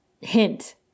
hint